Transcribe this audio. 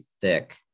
thick